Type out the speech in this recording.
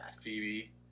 Phoebe